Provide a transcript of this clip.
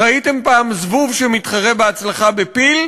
ראיתם פעם זבוב שמתחרה בהצלחה בפיל?